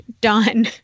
done